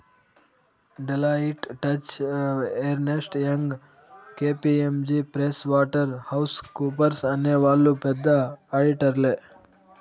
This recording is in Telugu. Deloitte, Touche Ernst, Young KPMG Price Waterhouse కూపర్స్అనే వాళ్ళు పెద్ద ఆడిటర్లే